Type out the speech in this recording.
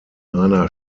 einer